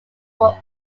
were